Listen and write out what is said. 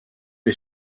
est